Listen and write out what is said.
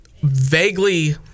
vaguely